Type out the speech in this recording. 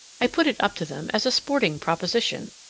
i put it up to them as a sporting proposition,